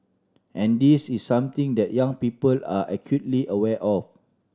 and this is something that young people are acutely aware of